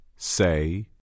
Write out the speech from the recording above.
Say